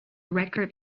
record